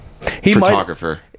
photographer